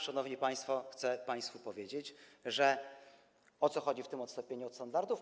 Szanowni państwo, chcę państwu powiedzieć, o co chodzi z tym odstąpieniem od standardów.